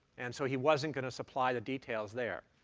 and so he wasn't going to supply the details there.